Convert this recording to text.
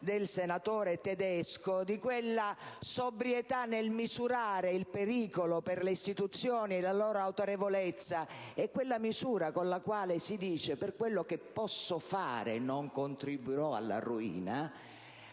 del senatore Tedesco: la sobrietà nel misurare il pericolo per le istituzioni e la loro autorevolezza, quella misura con la quale si dice: «Per quello che posso fare non contribuirò alla ruina»,